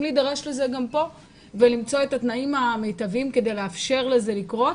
להידרש לזה גם כאן ולמצוא את התנאים המיטביים כדי לאפשר לזה לקרות,